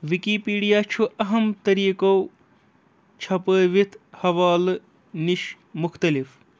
Wikipedia چھُ اہم طٔریٖقو چھاپٲوِتھ حَوالہٕ نِش مُختٔلِف